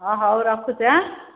ଅ ହେଉ ରଖୁଛି ଆଁ